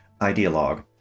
ideologue